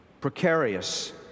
precarious